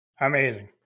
Amazing